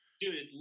Dude